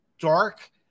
dark